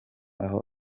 aho